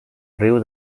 riu